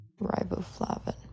Riboflavin